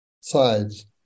sides